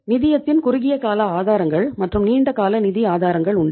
நிதியத்தின் குறுகிய கால ஆதாரங்கள் மற்றும் நீண்டகால நிதி ஆதாரங்கள் உண்டு